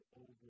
over